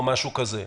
או משהו כזה.